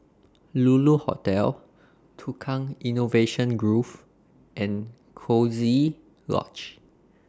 Lulu Hotel Tukang Innovation Grove and Coziee Lodge